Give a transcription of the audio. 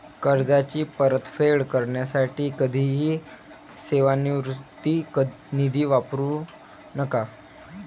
कर्जाची परतफेड करण्यासाठी कधीही सेवानिवृत्ती निधी वापरू नका